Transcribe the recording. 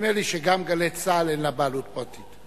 נדמה לי שגם ל"גלי צה"ל" אין בעלות פרטית.